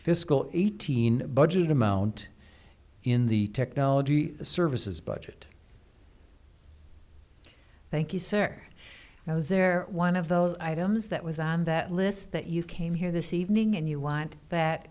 fiscal eighteen budget amount in the technology services budget thank you sir i was there one of those items that was on that list that you came here this evening and you want that